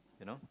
you know